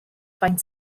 faint